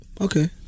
Okay